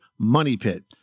MONEYPIT